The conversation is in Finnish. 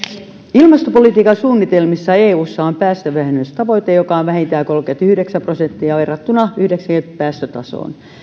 ilmastopolitiikan suunnitelmissa eussa on päästövähennystavoite joka on vähintään kolmekymmentäyhdeksän prosenttia verrattuna vuoden yhdeksänkymmentä päästötasoon